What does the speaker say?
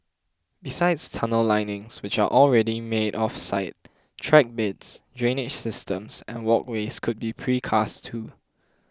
besides tunnel linings which are already made off site track beds drainage systems and walkways could be precast too